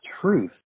truth